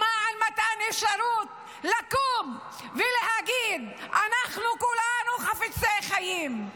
למען מתן אפשרות לקום ולהגיד: אנחנו כולנו חפצי חיים.